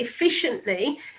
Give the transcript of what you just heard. efficiently